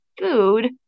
food